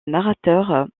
narrateur